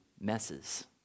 messes